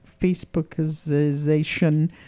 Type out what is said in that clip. Facebookization